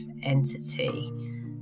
entity